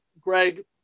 Greg